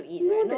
no that